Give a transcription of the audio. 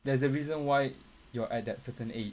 there's a reason why you are at that certain age